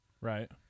right